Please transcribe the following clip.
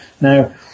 Now